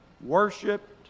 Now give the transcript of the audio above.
worshipped